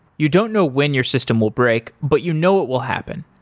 you don't know when your system will break, but you know it will happen.